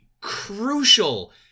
crucial